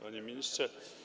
Panie Ministrze!